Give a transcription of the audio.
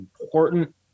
important